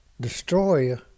destroyer